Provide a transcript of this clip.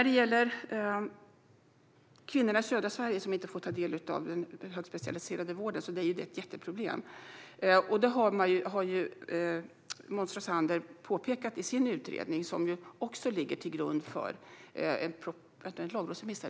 Att kvinnorna i södra Sverige inte får ta del av den högspecialiserade vården är ett jätteproblem. Det har också Måns Rosén påpekat i sin utredning som ligger till grund för en lagrådsremiss.